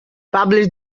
publish